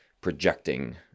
projecting